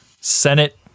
Senate